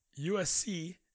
USC